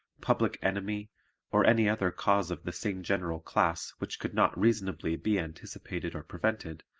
public enemy or any other cause of the same general class which could not reasonably be anticipated or prevented,